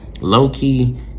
low-key